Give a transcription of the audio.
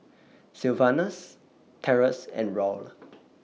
Sylvanus Terrence and Raul